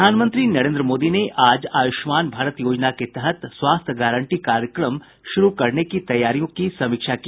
प्रधानमंत्री नरेन्द्र मोदी ने आज आयुष्मान भारत योजना के तहत स्वास्थ्य गारंटी कार्यक्रम शुरू करने की तैयारियों की समीक्षा की